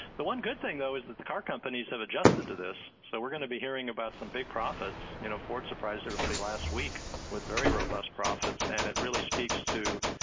the one good thing, though, is that the car companies have adjusted to this. so we're going to be hearing about some big profits. you know, ford surprised everybody last week with very robust profits, and it really speaks to,